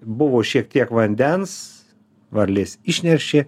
buvo šiek tiek vandens varlės išneršė